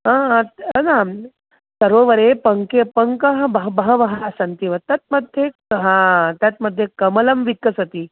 न न सरोवरे पङ्के पङ्कः बहु बहवः सन्ति एव तत् मध्ये तत् मध्ये कमलं विकसति